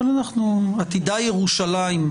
אבל עתידה ירושלים להתרחב.